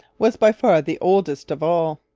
was by far the oldest of all.